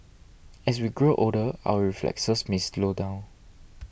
as we grow older our reflexes may slow down